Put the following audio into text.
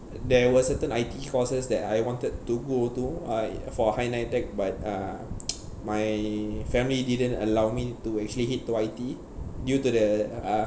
there was certain I_T_E courses that I wanted to go to for higher NITEC but uh my family didn't allow me to actually hit to I_T_E due to the uh